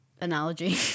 analogy